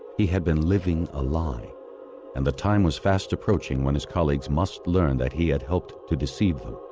he had been living a lie and the time was fast approaching when his colleagues must learn that he had helped to deceive them.